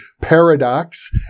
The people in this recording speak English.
paradox